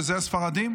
שזה הספרדים.